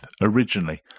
originally